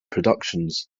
productions